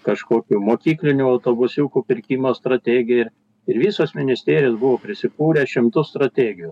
kažkokių mokyklinių autobusiukų pirkimo strategija ir visos ministerijos buvo prisikūrę šimtus strategijų